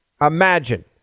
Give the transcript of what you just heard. Imagine